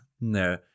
No